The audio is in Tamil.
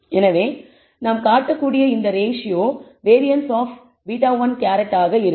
எனவே நாம் காட்டக்கூடிய இந்த ரேஷியோ வேரியன்ஸ் ஆப் β̂1 ஆக இருக்கும்